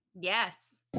Yes